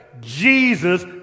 Jesus